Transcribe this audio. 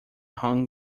hong